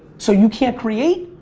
so you can't create?